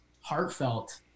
heartfelt